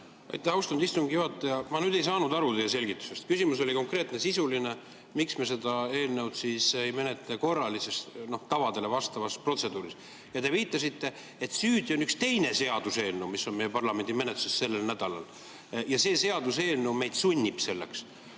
Ma nüüd ei saanud aru teie selgitusest. Küsimus oli konkreetne, sisuline. Miks me seda eelnõu siis ei menetle korralises, tavadele vastavas protseduuris? Te viitasite, et süüdi on üks teine seaduseelnõu, mis on meie parlamendi menetluses sellel nädalal, ja see seaduseelnõu sunnib meid selleks.